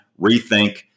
rethink